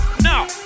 now